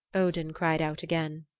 odin cried out again.